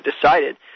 decided